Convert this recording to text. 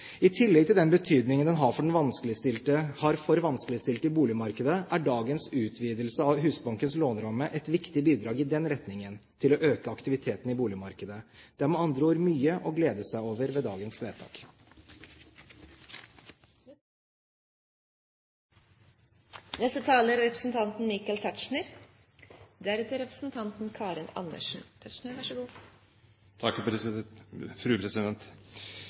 den betydningen det har for vanskeligstilte i boligmarkedet, er dagens utvidelse av Husbankens låneramme et viktig bidrag i retning av å øke aktiviteten i boligmarkedet. Det er med andre ord mye å glede seg over ved dagens